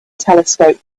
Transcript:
telescope